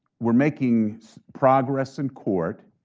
we're making progress in court.